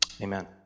amen